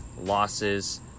losses